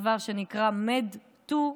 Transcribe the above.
דבר שנקרא MedToo,